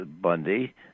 Bundy